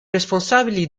responsabili